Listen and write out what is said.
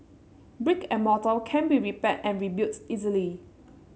brick and mortar can be repaired and rebuilt easily